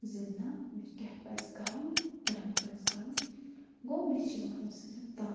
زِ نَہ مےٚ کیٛاہ پَزِ کَرُن کیٛاہ نہٕ پَزِ کَرُن گوٚو مےٚ چھِ یِوان اَمہِ سۭتۍ طاقَت